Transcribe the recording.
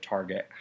Target